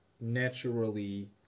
naturally